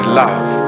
love